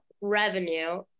revenue